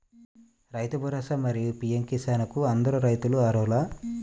రైతు భరోసా, మరియు పీ.ఎం కిసాన్ కు అందరు రైతులు అర్హులా?